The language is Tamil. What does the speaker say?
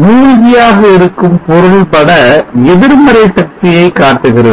மூழ்கியாக இருக்கும் பொருள்பட எதிர்மறை சக்தியை காட்டுகிறது